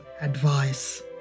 advice